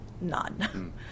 none